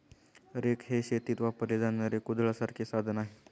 rake हे शेतीत वापरले जाणारे कुदळासारखे साधन आहे